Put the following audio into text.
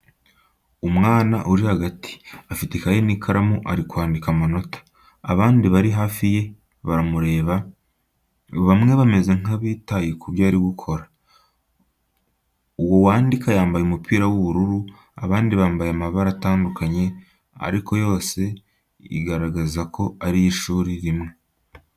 Umwana uri hagati afite ikaye n’ikaramu ari kwandika amanota. Abandi bari hafi ye baramureba, bamwe bameze nk’abitaye ku byo ari gukora. Uwo wandika yambaye umupira w'ubururu, abandi bambaye amabara atandukanye ariko yose igaragaza ko ari iy'ishuri rimwe.